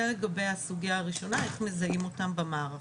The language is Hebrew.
זה לגבי הסוגיה הראשונה, איך מזהים אותם במערכות.